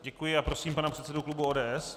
Děkuji a prosím pana předsedu klubu ODS.